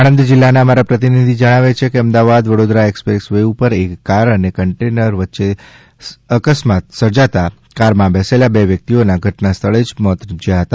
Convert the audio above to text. આણંદ જિલ્લાના અમારા પ્રતિનિધિ જણાવે છે કે અમદાવાદ વડોદરા એક્સપ્રેસ વે ઉપર એક કાર અને કન્ટેનર વચ્ચે અકસ્માત સર્જાતા કારમાં બેસેલા બે વ્યક્તિઓના ઘટના સ્થળે જ મોત નિપશ્યા હતા